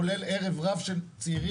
כולל ערב רב של צעירים,